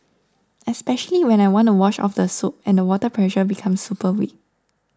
especially when I want to wash off the soap and the water pressure becomes super weak